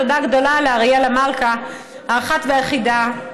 תודה גדולה לאריאלה מלכה האחת והיחידה,